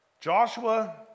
Joshua